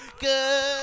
Good